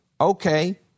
Okay